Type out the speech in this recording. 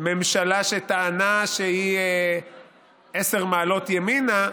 ממשלה שטענה שהיא עשר מעלות ימינה,